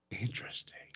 Interesting